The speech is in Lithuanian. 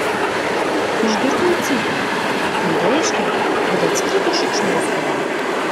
išgirdau cypiant tai reiškė kad atskrido šikšnosparniai